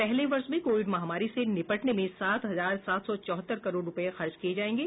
पहले वर्ष में कोविड महामारी से निपटने में सात हजार सात सौ चौहत्तर करोड़ रूपये खर्च किये जायेंगे